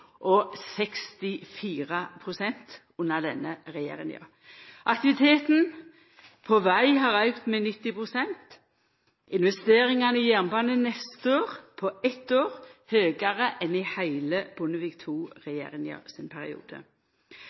pst. auke under denne regjeringa. Aktiviteten på veg har auka med 90 pst., og investeringane i jernbane neste år er – på eitt år – høgare enn i heile Bondevik II-regjeringa sin periode.